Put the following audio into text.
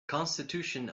constitution